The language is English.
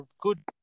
good